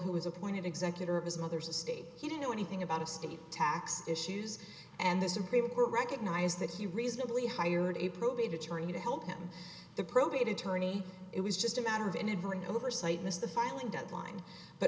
who was appointed executor of his mother's estate he didn't know anything about estate tax issues and the supreme court recognized that he reasonably hired a probate attorney to help him the probate attorney it was just a matter of enabling oversight miss the filing deadline but